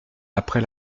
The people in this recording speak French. après